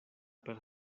per